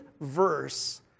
verse